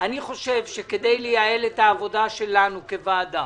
אני חושב שכדי לייעל את העבודה שלנו כוועדה